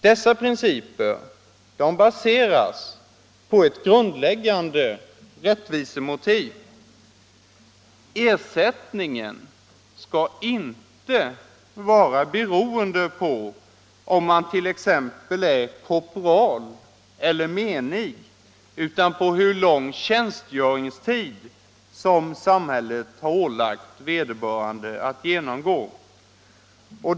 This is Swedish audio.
Dessa principer baseras på ett grundläggande rättvisemotiv. Ersättningen skall inte vara beroende av om man t.ex. är korpral eller menig utan av hur lång tjänstgöringstid som samhället har ålagt vederbörande att genomgå.